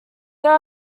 there